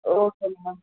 okay madam